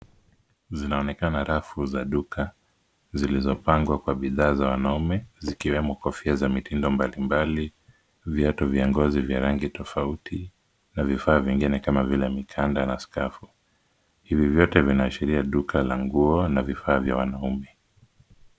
Zinaonekana rafu za duka, zilizopangwa kwa bidhaa za wanaume, zikiwemo kofia za mitindo mbalimbali, viatu vya ngozi vya rangi tofauti, na vifaa vingine kama vile na mikanda na skafu. Hivi vyote vinaashiria duka la nguo na vifaa vya wanaume.